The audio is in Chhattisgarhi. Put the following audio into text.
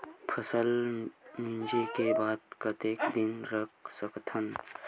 फसल मिंजे के बाद कतेक दिन रख सकथन?